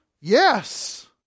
Yes